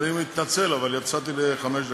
אני מתנצל, אבל יצאתי לחמש דקות.